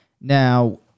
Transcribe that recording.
now